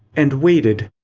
and waited.